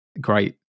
great